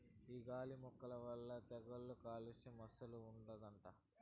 ఈ గాలి మొక్కల వల్ల తెగుళ్ళు కాలుస్యం అస్సలు ఉండదట